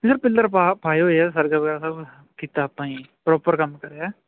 ਨਹੀਂ ਪਿੱਲਰ ਪਾ ਪਾਏ ਹੋਏ ਆ ਹਰ ਜਗ੍ਹਾ ਸਭ ਕੀਤਾ ਆਪਾਂ ਜੀ ਪ੍ਰੋਪਰ ਕੰਮ ਕਰਿਆ